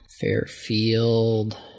Fairfield